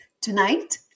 tonight